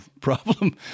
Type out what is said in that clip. problem